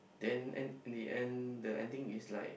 then end the end the ending is like